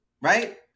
right